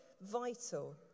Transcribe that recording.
vital